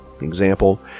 Example